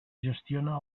gestiona